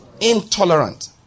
Intolerant